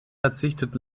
verzichtet